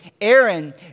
Aaron